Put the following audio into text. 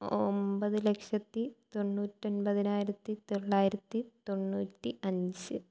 ഒൻപത് ലക്ഷത്തി തൊണ്ണൂറ്റി ഒൻപതിനായിരത്തി തൊള്ളായിരത്തി തൊണ്ണൂറ്റി അഞ്ച്